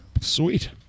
Sweet